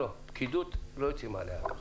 פקידות לא יוצאים עליה ככה.